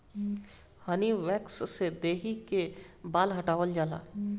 हनी wax से देहि कअ बाल हटावल जाला